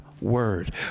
word